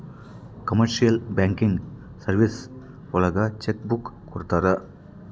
commercial banking services ಒಳಗ check book ಕೊಡ್ತಾರ